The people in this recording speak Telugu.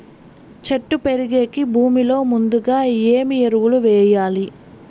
చెట్టు పెరిగేకి భూమిలో ముందుగా ఏమి ఎరువులు వేయాలి?